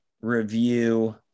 Review